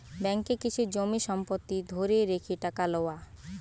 ব্যাঙ্ককে কিছু জমি সম্পত্তি ধরে রেখে টাকা লওয়া